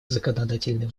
законодательной